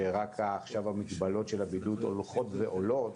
שרק עכשיו המגבלות של הבידוד הולכות ועולות